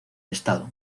estado